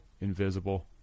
invisible